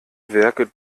werke